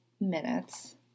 minutes